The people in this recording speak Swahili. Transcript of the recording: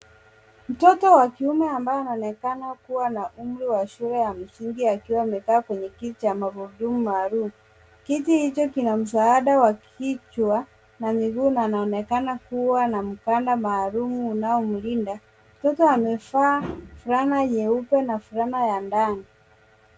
Mtoto wa kiume ambaye anaonekana kuwa na umri wa shule ya msingi akiwa amekaa kwenye kiti cha magurudumu maalum. Kiti hicho kina msaada wa kichwa na miguu na anaonekana kuwa na mkanda maalumu unaomlinda. Mtoto amevaa fulana nyeupe na fulana ya ndani.